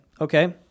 okay